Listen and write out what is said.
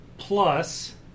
Plus